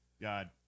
God